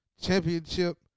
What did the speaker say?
championship